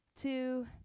two